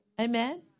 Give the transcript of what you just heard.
amen